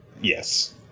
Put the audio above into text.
yes